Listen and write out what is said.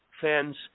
fans